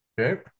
Okay